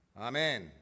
Amen